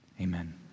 amen